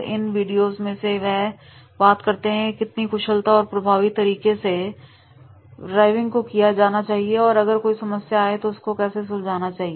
इन videos में वे यह बात करते हैं कि कितनी कुशलता और प्रभावी तरीके से ड्राइविंग को किया जाना चाहिए और अगर कोई समस्या आए तो उसे कैसे सुलझाना चाहिए